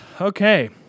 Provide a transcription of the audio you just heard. Okay